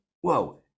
whoa